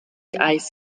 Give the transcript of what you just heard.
ice